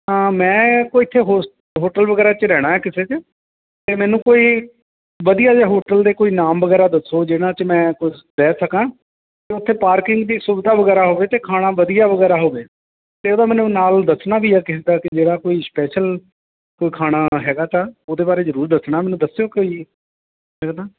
ਤਾਂ ਮੈਂ ਕੋਈ ਇਥੇ ਹੋਸ ਹੋਟਲ ਵਗੈਰਾ 'ਚ ਰਹਿਣਾ ਹੈ ਕਿਸੇ 'ਚ ਅਤੇ ਮੈਨੂੰ ਕੋਈ ਵਧੀਆ ਜਿਹਾ ਹੋਟਲ ਦੇ ਕੋਈ ਨਾਮ ਵਗੈਰਾ ਦੱਸੋ ਜਿਹਨਾਂ 'ਚ ਮੈਂ ਕੁਝ ਰਹਿ ਸਕਾਂ ਉਥੇ ਪਾਰਕਿੰਗ ਦੀ ਸੁਵਿਧਾ ਵਗੈਰਾ ਹੋਵੇ ਅਤੇ ਖਾਣਾ ਵਧੀਆ ਵਗੈਰਾ ਹੋਵੇ ਅਤੇ ਉਹਦਾ ਮੈਨੂੰ ਨਾਲ ਦੱਸਣਾ ਵੀ ਹੈ ਕਿਸੇ ਦਾ ਕਿ ਜਿਹੜਾ ਕੋਈ ਸਪੈਸ਼ਲ ਕੋਈ ਖਾਣਾ ਹੈਗਾ ਤਾਂ ਉਹਦੇ ਬਾਰੇ ਜ਼ਰੂਰ ਦੱਸਣਾ ਮੈਨੂੰ ਦੱਸਿਓ ਕੋਈ